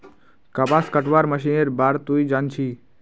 कपास कटवार मशीनेर बार तुई जान छि